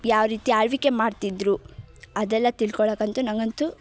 ಯಾವ ರೀತಿ ಆಳ್ವಿಕೆ ಮಾಡ್ತಿದ್ದರು ಅದೆಲ್ಲ ತಿಳ್ಕೊಳೋಕ್ಕಂತೂ ನನಗಂತೂ